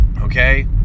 Okay